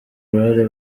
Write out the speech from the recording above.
uruhare